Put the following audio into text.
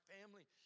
family